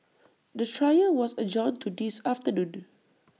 the trial was adjourned to this afternoon